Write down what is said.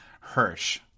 Hirsch